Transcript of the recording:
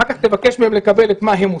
,אחר כך תבקש מהם לקבל את מה שהם עושים,